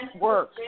work